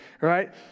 right